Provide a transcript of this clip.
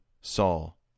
Saul